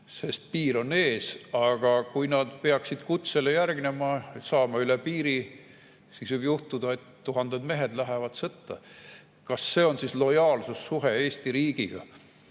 sest piir on ees, aga kui nad peaksid kutsele järgnema, saama üle piiri, siis võib juhtuda, et tuhanded mehed lähevad sõtta. Kas see on lojaalsussuhe Eesti riigiga?